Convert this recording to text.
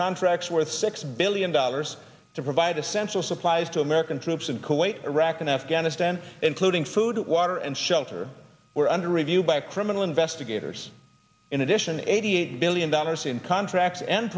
contracts worth six billion dollars to provide essential supplies to american troops in kuwait iraq and afghanistan including food water and shelter were under review by criminal investigators in addition eighty eight billion dollars in contracts and